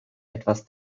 etwas